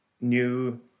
new